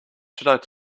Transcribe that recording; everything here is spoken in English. should